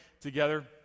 together